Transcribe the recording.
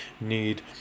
need